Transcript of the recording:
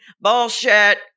Bullshit